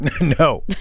No